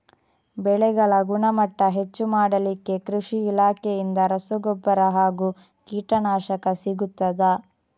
ಬೆಳೆಗಳ ಗುಣಮಟ್ಟ ಹೆಚ್ಚು ಮಾಡಲಿಕ್ಕೆ ಕೃಷಿ ಇಲಾಖೆಯಿಂದ ರಸಗೊಬ್ಬರ ಹಾಗೂ ಕೀಟನಾಶಕ ಸಿಗುತ್ತದಾ?